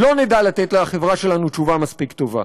לא נדע לתת לחברה שלנו תשובה מספיק טובה.